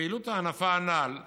הפעילות הענפה הנ"ל היא,